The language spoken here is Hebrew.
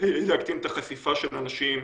להקטין את החשיפה של אנשים